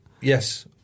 Yes